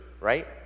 right